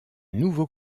nouveau